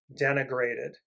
denigrated